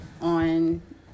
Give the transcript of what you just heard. on